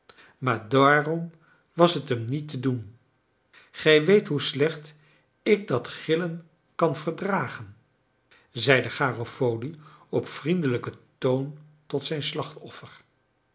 maar daarom was het hem niet te doen gij weet hoe slecht ik dat gillen kan verdragen zeide garofoli op vriendelijken toon tot zijn slachtoffer